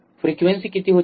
frequency किती होती